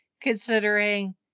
considering